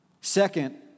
second